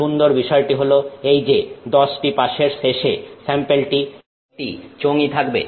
সুন্দর বিষয়টি হলো এই যে 10 টি পাসের শেষে স্যাম্পেলটি একটি চোঙই থাকবে